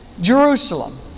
Jerusalem